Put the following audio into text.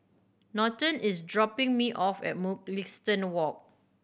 Norton is dropping me off at Mugliston Walk